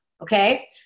okay